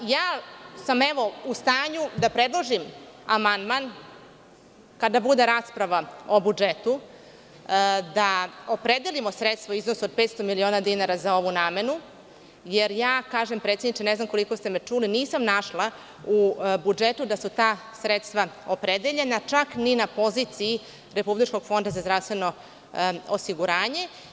Evo, u stanju sam, da predložim amandman, kada bude rasprava o budžetu, da opredelimo sredstva u iznosu od 500 miliona dinara za ovu namenu, jer kažem, predsedniče, ne znam koliko ste me čuli, nisam u budžetu da su ta sredstva opredeljena, čak ni na poziciji Republičkog fonda za zdravstveno osiguranje.